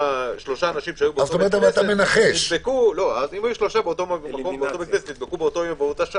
שלושה היו באותו בית כנסת באותו יום ובאותה שעה,